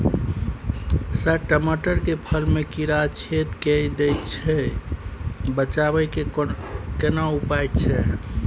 Sir टमाटर के फल में कीरा छेद के दैय छैय बचाबै के केना उपाय छैय?